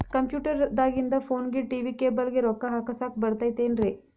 Computer ದಾಗಿಂದ್ ಫೋನ್ಗೆ, TV cable ಗೆ, ರೊಕ್ಕಾ ಹಾಕಸಾಕ್ ಬರತೈತೇನ್ರೇ?